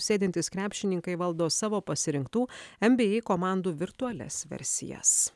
sėdintys krepšininkai valdo savo pasirinktų nba komandų virtualias versijas